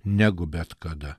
negu bet kada